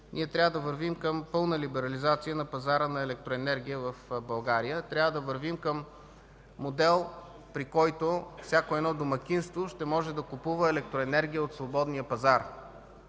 трябва да вървим към пълна либерализация на пазара на електроенергия в България. Трябва да вървим към модел, при който всяко едно домакинство ще може да купува електроенергия от свободния пазар,